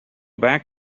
back